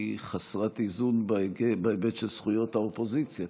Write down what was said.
ההצעה הזאת היא חסרת איזון בהיבט של סיעות האופוזיציה.